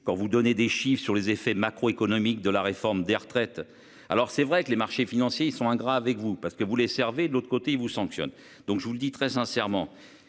quand vous donnez des chiffres sur les effets macro-macroéconomiques de la réforme des retraites. Alors c'est vrai que les marchés financiers. Ils sont ingrats avec vous parce que vous les servez de l'autre côté il vous sanctionne, donc je vous le dis très sincèrement,